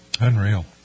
Unreal